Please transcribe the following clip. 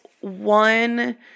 one